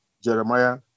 Jeremiah